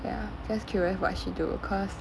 ya just curious what she do cause